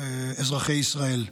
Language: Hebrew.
אזרחי ישראל.